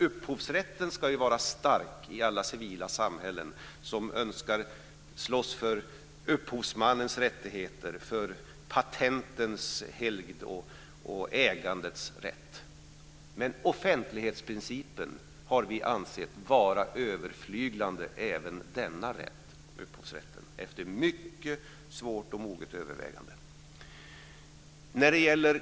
Upphovsrätten ska ju vara stark i alla civila samhällen som önskar slåss för upphovsmannens rättigheter, för patentens helgd och för ägandets rätt. Men vi har efter mycket svårt och moget övervägande ansett offentlighetsprincipen vara överflyglande även denna rätt - upphovsrätten.